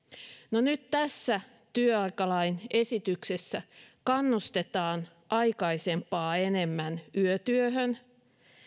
no nyt tässä työaikalain esityksessä kannustetaan aikaisempaa enemmän yötyöhön